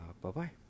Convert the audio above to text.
Bye-bye